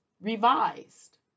revised